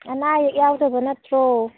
ꯑꯅꯥ ꯑꯌꯦꯛ ꯌꯥꯎꯗꯕ ꯅꯠꯇ꯭ꯔꯣ